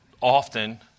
often